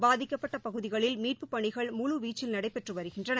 பாதிக்கப்பட்டபகுதிகளில் மீட்புப்பணிகள் முழு வீச்சில் நடைபெற்றுவருகின்றன